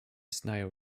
znają